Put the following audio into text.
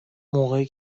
موقعی